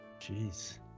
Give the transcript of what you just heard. Jeez